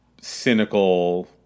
cynical